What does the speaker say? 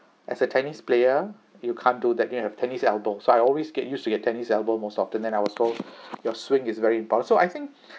as a tennis player you can't do that you have tennis elbow so I always get used to get tennis elbow most often then I was told your swing is very impo~